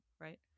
right